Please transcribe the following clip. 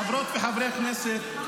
חברות וחברי הכנסת,